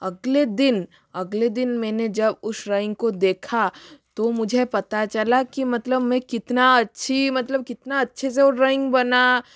अगले दिन अगले दिन मैंने जब उस ड्रॉइंग को देखा तो मुझे पता चला कि मतलब मैं कितना अच्छी मतलब कितना अच्छे से ओ ड्रॉइंग बना